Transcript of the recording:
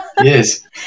Yes